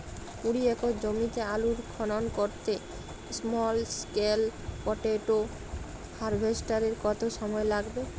কুড়ি একর জমিতে আলুর খনন করতে স্মল স্কেল পটেটো হারভেস্টারের কত সময় লাগবে?